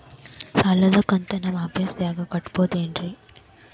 ಸಾಲದ ಕಂತು ನಿಮ್ಮ ಆಫೇಸ್ದಾಗ ಕಟ್ಟಬಹುದೇನ್ರಿ?